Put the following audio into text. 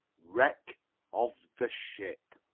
wreck of the ship